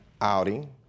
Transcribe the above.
outing